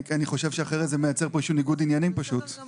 עושים פרסה ונוסעים ואז צריך לבקש שמישהו ידבר איתם ויסדר את זה.